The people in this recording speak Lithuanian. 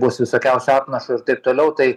bus visokiausių apnašų ir taip toliau tai